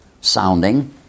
sounding